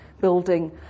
building